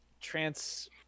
trans